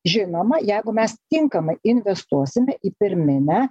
žinoma jeigu mes tinkamai investuosime į pirminę